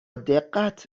دقت